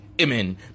Amen